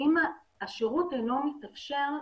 השירות אינו מתאפשר,